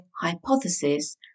hypothesis